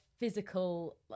physical